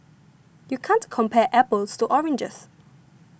you can't compare apples to oranges